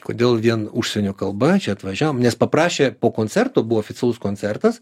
kodėl vien užsienio kalba čia atvažiavom nes paprašė po koncerto buvo oficialus koncertas